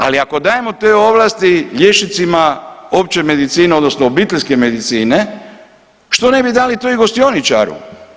Ali ako dajemo te ovlasti liječnicima opće medicine odnosno obiteljske medicine što ne bi dali to i gostioničaru.